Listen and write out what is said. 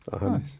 Nice